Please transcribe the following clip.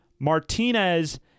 Martinez